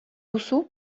duzu